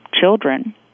children